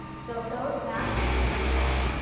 so if those match then it's fine,